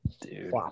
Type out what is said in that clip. Dude